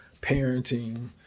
parenting